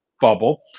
bubble